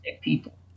people